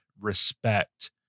respect